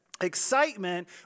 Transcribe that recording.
excitement